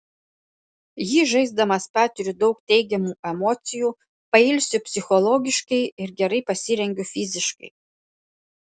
jį žaisdamas patiriu daug teigiamų emocijų pailsiu psichologiškai ir gerai pasirengiu fiziškai